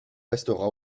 restera